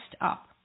up